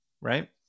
right